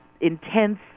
intense